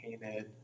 painted